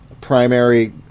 primary